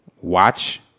watch